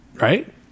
right